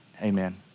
amen